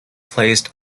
placed